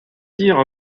dire